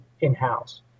in-house